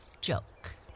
Joke